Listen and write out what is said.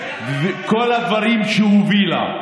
כל הדברים שהיא הובילה.